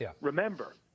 Remember